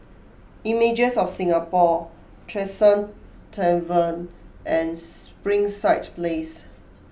images of Singapore Tresor Tavern and Springside Place